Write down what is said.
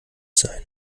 sein